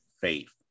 faith